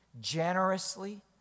generously